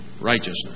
righteousness